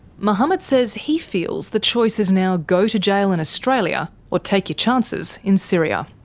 mohammed says he feels the choice is now go to jail in australia, or take your chances in syria.